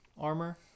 armor